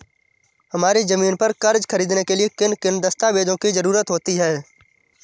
हमारी ज़मीन पर कर्ज ख़रीदने के लिए किन किन दस्तावेजों की जरूरत होती है?